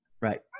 right